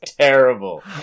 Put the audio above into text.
terrible